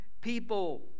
People